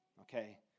okay